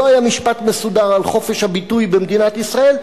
לא היה משפט מסודר על חופש הביטוי במדינת ישראל.